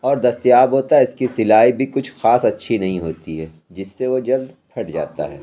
اور دستیاب ہوتا ہے اس کی سلائی بھی کچھ خاص اچھی نہیں ہوتی ہے جس سے وہ جلد پھٹ جاتا ہے